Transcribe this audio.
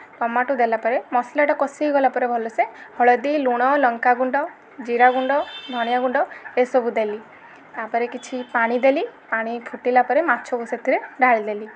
tomato ଦେଲାପରେ ମସଲାଟା କଷି ହେଇଗଲା ପରେ ଭଲସେ ହଳଦୀ ଲୁଣ ଲଙ୍କାଗୁଣ୍ଡ ଜୀରାଗୁଣ୍ଡ ଧଣିଆଗୁଣ୍ଡ ଏସବୁ ଦେଲି ତା'ପରେ କିଛି ପାଣି ଦେଲି ପାଣି ଫୁଟିଲା ପରେ ମାଛକୁ ସେଥିରେ ଢାଳିଦେଲି